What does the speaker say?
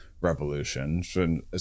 revolution